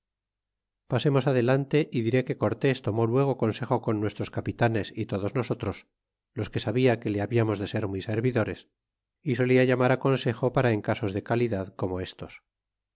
prender pasemos adelante y diré que cortés tomó luego consejo con nuestros capitanes é todos nosotros los que sabia que le hablamos de ser muy servidores e solia llamará consejo para en casos de calidad como estos